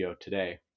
today